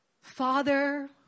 Father